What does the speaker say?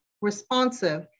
responsive